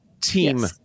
team